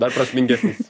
dar prasmingesnis